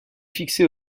fixées